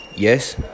Yes